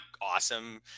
awesome